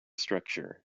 structure